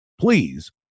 please